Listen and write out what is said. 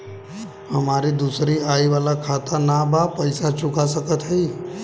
हमारी दूसरी आई वाला खाता ना बा पैसा चुका सकत हई?